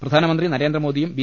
പ്രധാനമന്ത്രി നരേന്ദ്രമോദിയും ബി